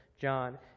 John